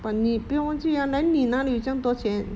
but 你不要忘记 ah then 你哪里有这样多钱